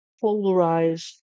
polarized